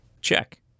Check